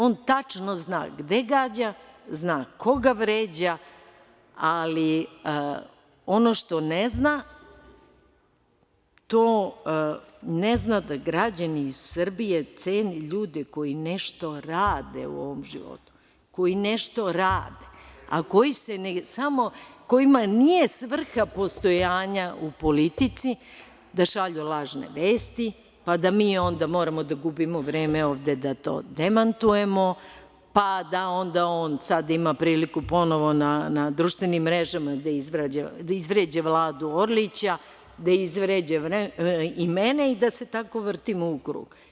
On tačno zna gde gađa, zna koga vređa, ali ono što ne zna, ne zna da građani Srbije cene ljude koji nešto rade u ovom životu, a kojima nije samo svrha postojanja u politici da šalju lažne vesti, pa da mi onda moramo da gubimo vreme ovde da to demantujemo, pa da onda on sada ima priliku ponovo na društvenim mrežama da izvređa Vladu Orlića, da izvređa i mene i da se tako vrtimo u krug.